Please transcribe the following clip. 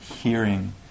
hearing